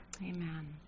Amen